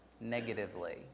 negatively